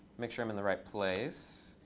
make sure i'm in the right place,